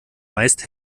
meist